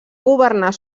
governar